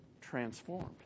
transformed